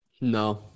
No